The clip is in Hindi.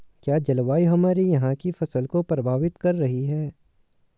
क्या जलवायु हमारे यहाँ की फसल को प्रभावित कर रही है?